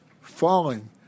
falling